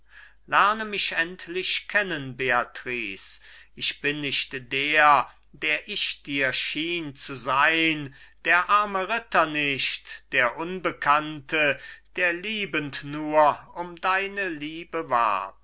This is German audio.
lerne mich endlich kennen beatrice ich bin nicht der der ich dir schien zu sein der arme ritter nicht der unbekannte der liebend nur um deine liebe warb